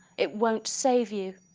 it won't save you,